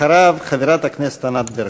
אחריו, חברת הכנסת ענת ברקו.